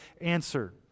Answer